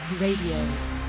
Radio